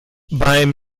beim